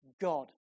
God